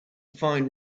fine